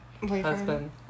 Husband